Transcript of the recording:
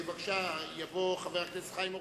בבקשה, יבוא חבר הכנסת חיים אורון.